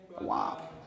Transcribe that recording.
Wow